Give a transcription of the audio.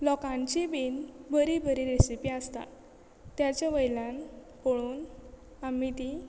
लोकांची बी बरी बरी रेसिपी आसता ताज्या वयल्यान पळोवन आमी ती